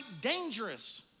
dangerous